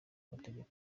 amategeko